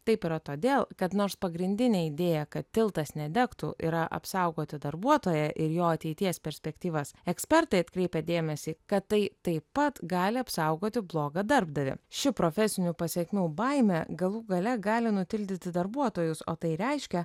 taip yra todėl kad nors pagrindinė idėja kad tiltas nedegtų yra apsaugoti darbuotoją ir jo ateities perspektyvas ekspertai atkreipia dėmesį kad tai taip pat gali apsaugoti blogą darbdavį ši profesinių pasekmių baimė galų gale gali nutildyti darbuotojus o tai reiškia